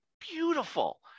beautiful